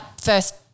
first-